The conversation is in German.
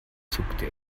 zuckte